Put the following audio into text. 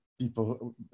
People